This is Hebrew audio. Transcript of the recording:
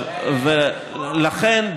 לכן,